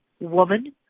woman